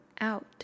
out